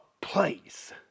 place